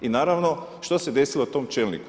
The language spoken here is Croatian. I naravno što se desilo tom čelniku?